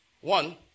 One